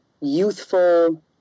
youthful